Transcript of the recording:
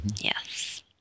Yes